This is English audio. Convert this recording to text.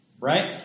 right